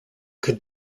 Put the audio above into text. could